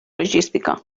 logística